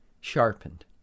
sharpened